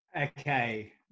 Okay